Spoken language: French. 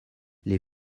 les